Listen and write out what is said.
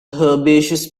herbaceous